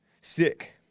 Sick